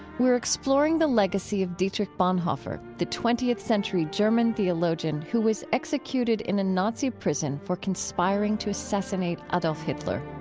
we're exploring the legacy of dietrich bonhoeffer, the twentieth century german theologian who was executed in a nazi prison for conspiring to assassinate adolf hitler